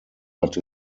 but